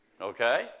Okay